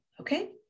okay